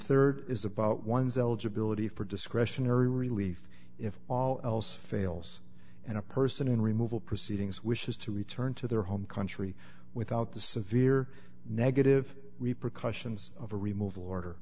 rd is about one's eligibility for discretionary relief if all else fails and a person in removal proceedings wishes to return to their home country without the severe negative repercussions of a remove all order